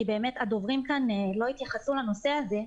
כי באמת הדוברים כאן לא התייחסו לנושא הזה.